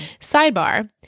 Sidebar